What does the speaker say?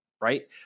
right